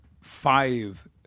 five